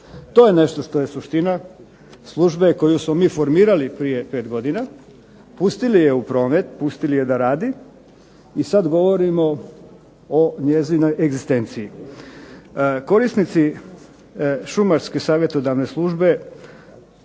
To je nešto što je suština službe koju smo mi formirali prije 5 godina, pustili je u promet, pustili je da radi i sad govorimo o njezinoj egzistenciji. Korisnici šumarske savjetodavne službe